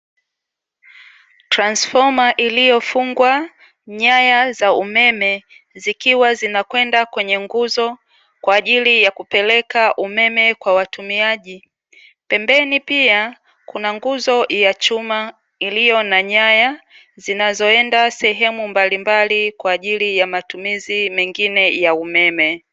Transfoma iliyofungwa nyaya za umeme ikiwa inakwenda kwenye nguzo kwaajili ya kupeleka umeme kwa watumiaji, pembeni pia kuna nguzo ya chuma iliyo na nyaya zinazoenda sehemu mblimbali kwa ajili ya mstumizi mengine ya umeme.